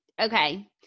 Okay